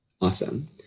Awesome